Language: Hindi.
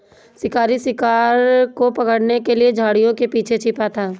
शिकारी शिकार को पकड़ने के लिए झाड़ियों के पीछे छिपा था